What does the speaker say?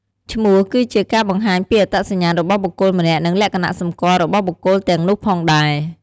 ឈ្មោះគឺជាការបង្ហាញពីអត្តសញ្ញាណរបស់បុគ្គលម្នាក់ និងលក្ខណៈសម្គាល់របស់បុគ្គលទាំងនោះផងដែរ។